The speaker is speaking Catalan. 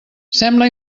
sembla